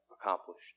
accomplished